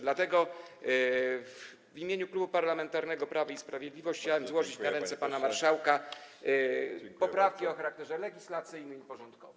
Dlatego w imieniu Klubu Parlamentarnego Prawo i Sprawiedliwość chciałem złożyć na ręce pana marszałka poprawki o charakterze legislacyjnym i porządkowym.